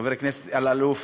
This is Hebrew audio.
חבר הכנסת אלאלוף,